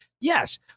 Yes